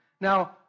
Now